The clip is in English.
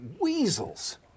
weasels